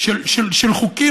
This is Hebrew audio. של חוקים.